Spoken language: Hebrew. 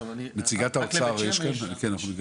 נציגת האוצר יש כאן?